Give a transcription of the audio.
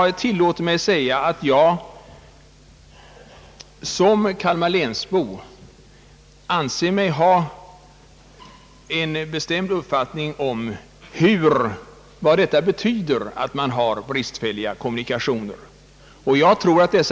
Jag tilllåter mig hävda att Kalmar län har bristfälliga kommunikationer, och som kalmarlänsbo har jag en bestämd uppfattning om vad detta betyder.